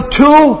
two